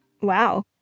Wow